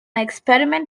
experiment